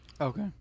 Okay